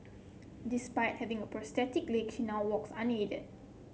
despite having a prosthetic she now walks unaided